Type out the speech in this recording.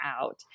out